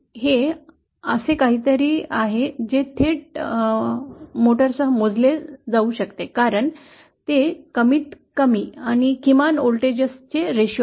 हे असे काहीतरी आहे जे थेट मोटरसह मोजले जाऊ शकते कारण ते कमीतकमी किमान व्होल्टेजेसचे प्रमाण आहे